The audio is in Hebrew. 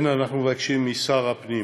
לכן אנחנו מבקשים משר הפנים